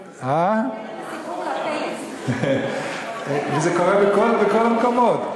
אייכלר, תספר את הסיפור על, זה קורה בכל המקומות.